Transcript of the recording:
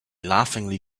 laughingly